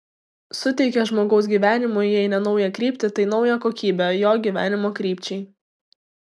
suteikia žmogaus gyvenimui jei ne naują kryptį tai naują kokybę jo gyvenimo krypčiai